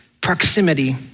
proximity